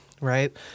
right